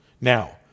Now